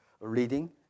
reading